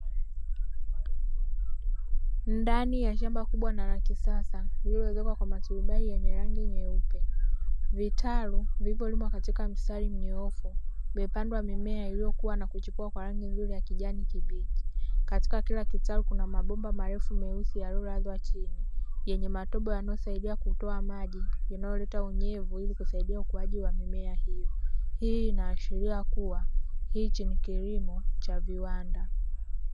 Ndani ya shamba kubwa na la kisasa lilio ezekswa kwa maturubai yenye rangi nyeupe, vitalu vilivyo limwa katika mstari mnyoofu vimepandwa mimea iliyokuwa na kuchipua kwa rangi ya kijani kibichi, katika kila kitalu kuna mabomba marefu meusi yaliyolazwa chini yenye matobo yanasaidia kutoa maji yanayoleta unyevu ili kusadia ukuaji wa mimea hiyi, hii ina ashiria kuwa hichi ni kilimo cha viwanda.